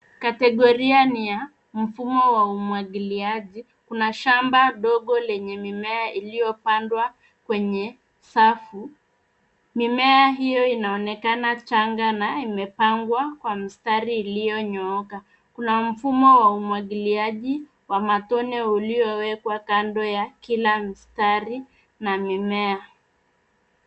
Kategoria ni ya mfumo wa umwagiliaji. Kuna shamba dogo lenye mimea iliyopandwa kwenye safu. Mimea hiyo inaonekana changa na imepangwa kwa mstari iliyonyooka .Kuna mfumo wa umwagiliaji wa matone ulliowekwa kando ya kila mstari na mimea.